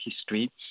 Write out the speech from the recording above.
history